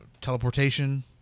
teleportation